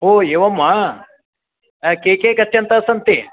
ओ एवं वा के के गच्छन्तः सन्ति